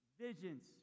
visions